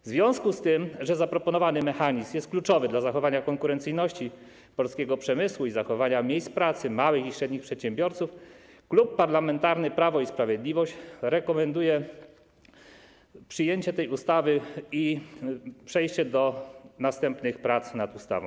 W związku z tym, że zaproponowany mechanizm jest kluczowy dla zachowania konkurencyjności polskiego przemysłu i zachowania miejsc pracy małych i średnich przedsiębiorców, Klub Parlamentarny Prawo i Sprawiedliwość rekomenduje przyjęcie tej ustawy i przejście do następnych prac nad ustawą.